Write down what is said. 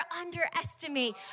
underestimate